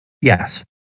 Yes